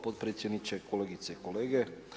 Potpredsjedniče, kolegice i kolege.